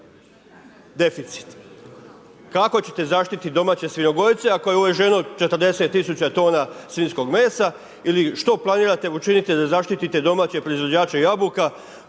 deficit. Kako ćete zaštiti domaće svinjogojce ako je uveženo 40 tisuća tona svinjskog mesa ili što planirate učiniti da zaštite domaće proizvođače jabuka